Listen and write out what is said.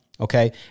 Okay